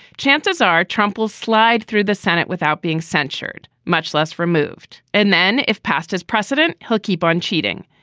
chances are trump will slide through the senate without being censured, much less removed. and then, if passed as precedent, he'll keep on cheating.